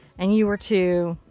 and you were to